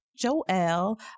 Joel